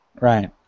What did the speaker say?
Right